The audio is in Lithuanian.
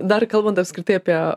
dar kalbant apskritai apie